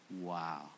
wow